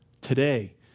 Today